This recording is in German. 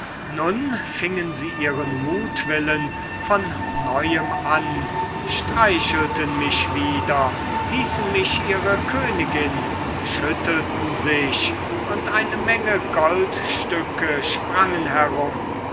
nun fingen sie ihren mutwillen von neuem an streichelten mich wieder hießen mich ihre königin schüttelten sich und eine menge goldstücke sprangen herum